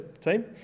team